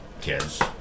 kids